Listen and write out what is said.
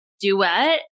duet